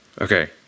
Okay